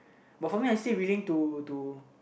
but for me I still willing to to